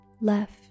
left